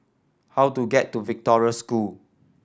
how do get to Victoria School